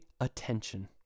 attention